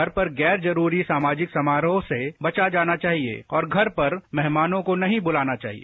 घर पर गैर जरूरी सामाजिक समारोह से बचा जाना चाहिए और घर पर मेहमानों को नहीं बुलाना चाहिए